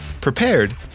prepared